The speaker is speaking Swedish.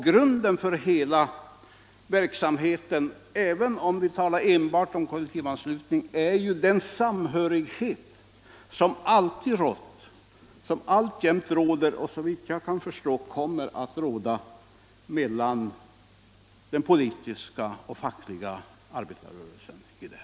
Grunden för hela verksamheten — även om vi nu talar enbart om kollektivanslutningen - är ju den samhörighet som alltid rått, som alltjämt råder och som såvitt jag kan förstå kommer att råda mellan den politiska och den fackliga arbetarrörelsen här i landet.